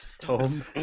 Tom